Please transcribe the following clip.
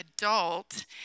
adult